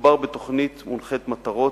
מדובר בתוכנית מונחית מטרות,